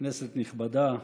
כנסת נכבדה,